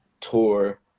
tour